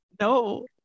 no